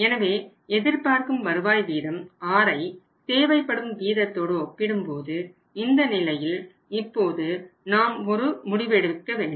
எனவே எதிர்பார்க்கும் வருவாய் வீதம் rஐ தேவைப்படும் வீதத்தோடு ஒப்பிடும்போது இந்த நிலையில் இப்போது நாம் ஒரு முடிவெடுக்க வேண்டும்